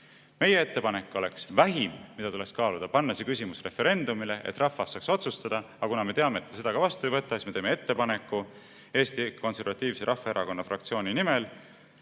Meie ettepanek oleks: vähim, mida tuleks kaaluda, on panna see küsimus referendumile, et rahvas saaks otsustada. Aga kuna me teame, et te seda ka vastu ei võta, siis me teeme Eesti Konservatiivse Rahvaerakonna fraktsiooni nimel